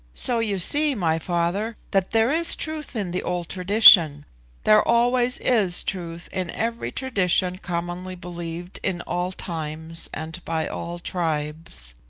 so you see, my father, that there is truth in the old tradition there always is truth in every tradition commonly believed in all times and by all tribes.